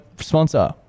sponsor